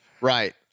right